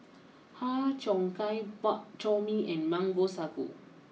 Har Cheong Gai Bak Chor Mee and Mango Sago